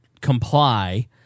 comply